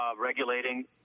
regulating